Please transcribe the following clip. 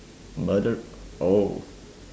murder oh